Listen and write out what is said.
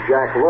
Jack